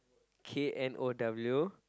K N O W